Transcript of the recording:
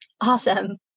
awesome